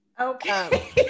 Okay